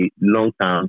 long-term